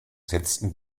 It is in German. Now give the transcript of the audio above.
setzten